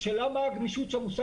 רק נתייחס להערה.